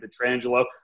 Petrangelo